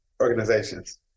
organizations